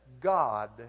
God